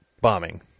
bombing